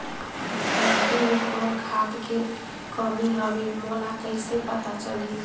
माटी मे कौन खाद के कमी हवे मोला कइसे पता चलही?